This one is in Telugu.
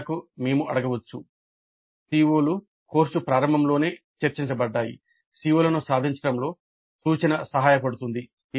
ఉదాహరణకు మేము అడగవచ్చు CO లు కోర్సు ప్రారంభంలోనే చర్చించబడ్డాయి CO లను సాధించడంలో సూచన సహాయ పడుతుంది